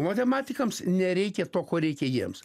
matematikams nereikia to ko reikia jiems